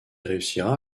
réussira